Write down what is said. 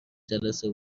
جلسه